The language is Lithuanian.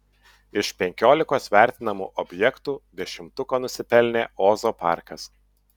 iš penkiolikos vertinamų objektų dešimtuko nusipelnė ozo parkas